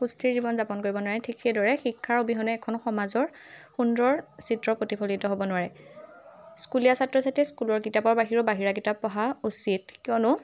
সুস্থিৰ জীৱন যাপন কৰিব নোৱাৰে ঠিক সেইদৰে শিক্ষাৰ অবিহনে এখন সমাজৰ সুন্দৰ চিত্ৰ প্ৰতিফলিত হ'ব নোৱাৰে স্কুলীয়া ছাত্ৰ ছাত্ৰীয়ে স্কুলৰ কিতাপৰ বাহিৰৰ বাহিৰা কিতাপ পঢ়া উচিত কিয়নো